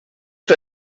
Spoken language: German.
der